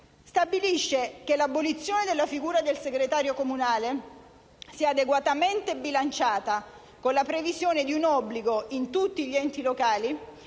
stabilisce che l'abolizione della figura del segretario comunale sia adeguatamente bilanciata con la previsione di un obbligo, in tutti gli enti locali,